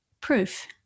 proof